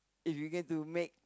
if we get to make